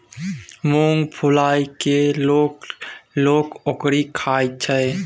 मुँग फुलाए कय लोक लोक ओकरी खाइत छै